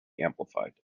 amplified